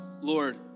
Lord